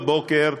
בבוקר,